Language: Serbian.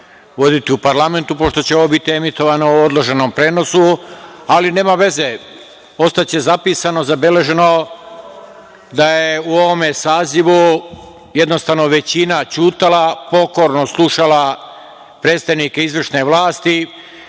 u parlamentu, pošto će ovo biti emitovano u odloženom prenosu, ali nema veze, ostaće zapisano, zabeleženo da je u ovom sazivu jednostavno većina ćutala, pokorno slušala predstavnike izvršne vlasti,